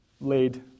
laid